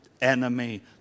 enemy